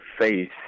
face